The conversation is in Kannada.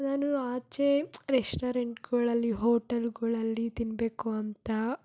ನಾನು ಆಚೆ ರೆಶ್ಟೊರೆಂಟ್ಗಳಲ್ಲಿ ಹೋಟೆಲ್ಗಳಲ್ಲಿ ತಿನ್ನಬೇಕು ಅಂತ